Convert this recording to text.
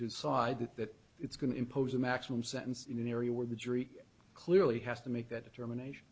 side that it's going to impose a maximum sentence in an area where the jury clearly has to make that determination